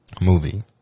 movie